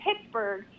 Pittsburgh